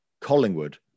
Collingwood